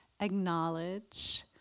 acknowledge